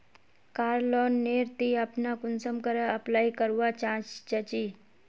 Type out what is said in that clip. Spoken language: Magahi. कार लोन नेर ती अपना कुंसम करे अप्लाई करवा चाँ चची?